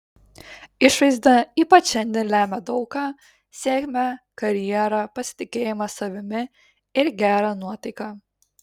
išvaizda ypač šiandien lemia daug ką sėkmę karjerą pasitikėjimą savimi ir gerą nuotaiką